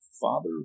father